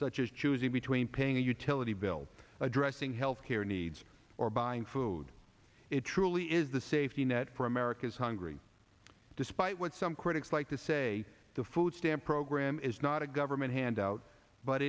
such as choosing between paying a utility bill addressing health care needs or buying food it truly is the safety net for america's hungry despite what some critics like to say the food stamp program is not a government handout but